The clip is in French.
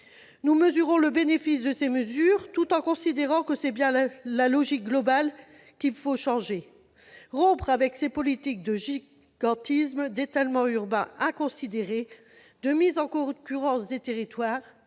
Nous mesurons le bénéfice de ces mesures, tout en considérant que c'est bien la logique globale qu'il faut changer. Il faut rompre avec ces politiques de gigantisme, d'étalement urbain inconsidéré, de mise en concurrence des territoires,